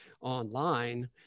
online